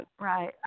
Right